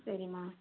சரிமா